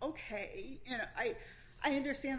ok and i i understand the